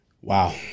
Wow